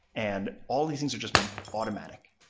and all these things are just automatic.